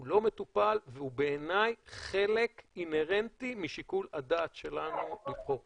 הוא לא מטופל והוא בעיניי חלק אינהרנטי משיקול הדעת שלנו פה.